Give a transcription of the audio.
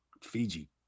Fiji